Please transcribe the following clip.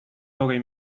hogei